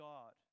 God